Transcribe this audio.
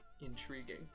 intriguing